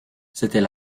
c’était